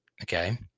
okay